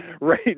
right